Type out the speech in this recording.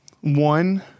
One